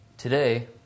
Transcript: Today